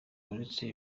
uretse